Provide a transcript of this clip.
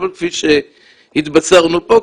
אבל כפי שהתבשרנו פה,